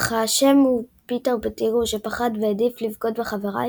אך האשם הוא פיטר פטיגרו שפחד והעדיף לבגוד בחבריו